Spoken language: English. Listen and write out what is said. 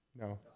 No